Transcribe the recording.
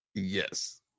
Yes